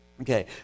Okay